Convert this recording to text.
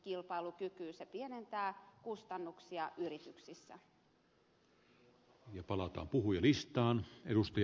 se pienentää kustannuksia yrityk sissä